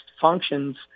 functions